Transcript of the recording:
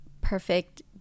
perfect